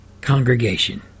congregation